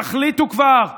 תחליטו כבר,